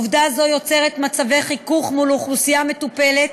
ועובדה זו יוצרת מצבי חיכוך מול האוכלוסייה המטופלת